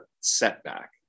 setback